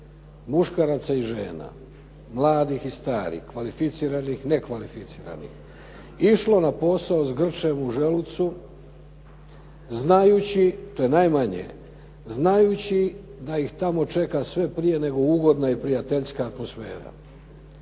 muškaraca i žena, mladih i starih, kvalificiranih, nekvalificiranih išlo na posao s grčem u želucu znajući to je najmanje, znajući da ih tamo čeka sve prije nego ugodna i prijateljska atmosfera